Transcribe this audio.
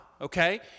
okay